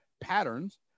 patterns